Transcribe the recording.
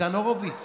ניצן הורוביץ